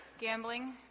gambling